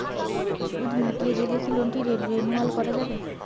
সুদ মিটিয়ে দিলে কি লোনটি রেনুয়াল করাযাবে?